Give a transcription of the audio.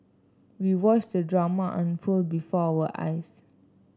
we watched the drama unfold before our eyes